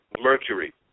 Mercury